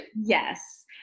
Yes